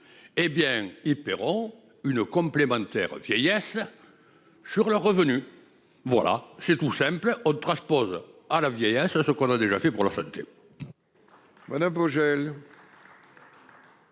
supplémentaires, paieront une complémentaire vieillesse sur leurs revenus. Voilà, c'est tout simple : on transpose à la vieillesse ce que l'on a déjà fait pour la santé.